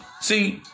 See